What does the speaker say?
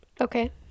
Okay